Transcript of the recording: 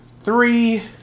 three